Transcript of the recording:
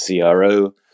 CRO